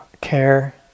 care